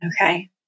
Okay